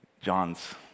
john's